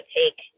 take